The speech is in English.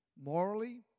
morally